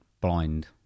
blind